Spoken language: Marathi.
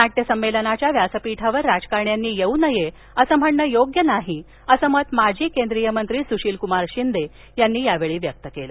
नाव्य संमेलनाच्या व्यासपीठावर राजकारण्यांनी येऊ नये असं म्हणणं योग्य नाही असं मत माजी केंद्रीय मंत्री सुशीलकुमार शिंदे यांनी यावेळी व्यक्त केलं